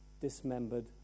dismembered